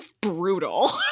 brutal